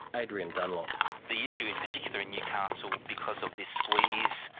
adrian dunlop the issue in particular in newcastle, because of this squeeze,